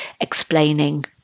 explaining